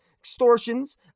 extortions